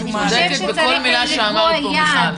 בכל מילה שאמרת את צודקת.